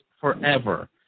forever